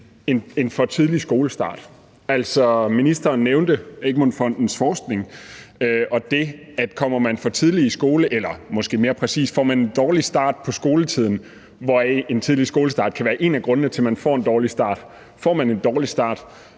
en for tidlig skolestart. Ministeren nævnte Egmont Fondens forskning og det, at hvis man kommer for tidligt i skole, eller måske mere præcis, hvis man får en dårlig start på skoletiden, hvilket en tidlig skolestart kan være en af grundene til, så forfølger det en hele vejen